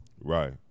Right